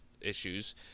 issues